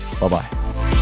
Bye-bye